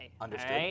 Understood